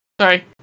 Sorry